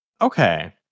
Okay